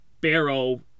Barrow